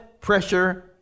Pressure